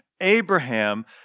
Abraham